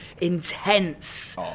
intense